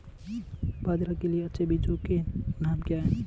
बाजरा के लिए अच्छे बीजों के नाम क्या हैं?